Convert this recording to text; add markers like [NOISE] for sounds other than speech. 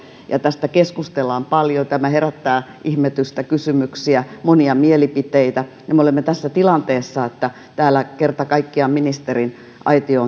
ja tästä keskustellaan paljon tämä herättää ihmetystä kysymyksiä monia mielipiteitä ja me olemme tässä tilanteessa että täällä kerta kaikkiaan ministeriaitio [UNINTELLIGIBLE]